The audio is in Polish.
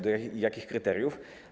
Do jakich kryteriów?